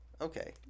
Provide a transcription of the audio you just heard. okay